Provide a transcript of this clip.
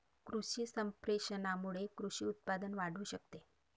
कृषी संप्रेषणामुळे कृषी उत्पादन वाढू शकते